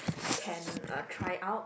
can uh try out